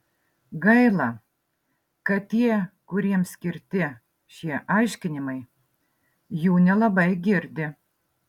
gaila kad tie kuriems skirti šie aiškinimai jų nelabai girdi